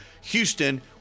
Houston